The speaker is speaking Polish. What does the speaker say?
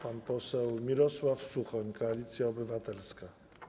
Pan poseł Mirosław Suchoń, Koalicja Obywatelska.